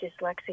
dyslexia